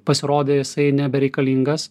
pasirodė jisai nebereikalingas